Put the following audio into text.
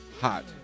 hot